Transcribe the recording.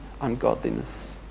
ungodliness